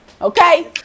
okay